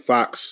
Fox